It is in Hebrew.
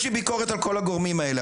יש לי ביקורת על כל הגורמים האלה,